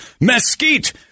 mesquite